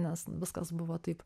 nes viskas buvo taip